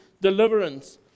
deliverance